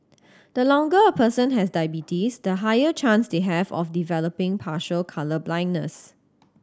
the longer a person has diabetes the higher chance they have of developing partial colour blindness